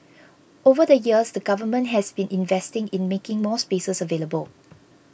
over the years the Government has been investing in making more spaces available